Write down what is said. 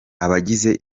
abagize